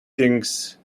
things